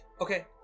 Okay